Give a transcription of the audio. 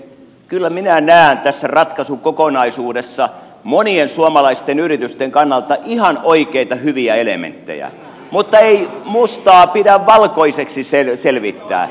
kyllä minä näen tässä ratkaisukokonaisuudessa monien suomalaisten yritysten kannalta ihan oikeita hyviä elementtejä mutta ei mustaa pidä valkoiseksi selvittää